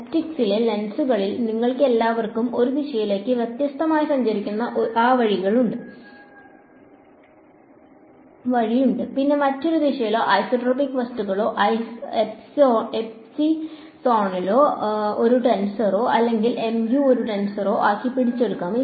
ഒപ്റ്റിക്സിലെ ലെൻസുകളിൽ നിങ്ങൾക്കെല്ലാവർക്കും ഒരു ദിശയിലേക്ക് വ്യത്യസ്തമായി സഞ്ചരിക്കുന്ന ആ വഴിയുണ്ട് പിന്നെ മറ്റൊരു ദിശയിലും ഐസോട്രോപിക് വസ്തുക്കളും ഈ എപ്സിലോണിനെ ഒരു ടെൻസറോ അല്ലെങ്കിൽ mu ഒരു ടെൻസറോ ആക്കി പിടിച്ചെടുക്കുന്നു